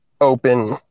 open